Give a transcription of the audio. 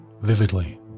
vividly